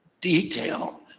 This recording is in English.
detail